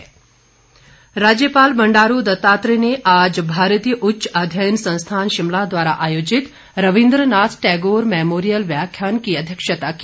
राज्यपाल राज्यपाल बंडारू दत्तात्रेय ने आज भारतीय उच्च अध्ययन संस्थान शिमला द्वारा आयोजित रविन्द्र नाथ टैगोर मैमोरियल व्याख्यान की अध्यक्षता की